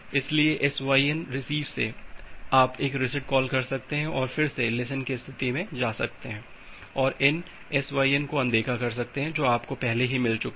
इसलिए SYN receive से आप एक रीसेट कॉल कर सकते हैं और फिर से लिसेन की स्थिति में जा सकते हैं और इन SYN को अनदेखा कर सकते हैं जो आपको पहले ही मिल चुके हैं